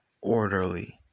orderly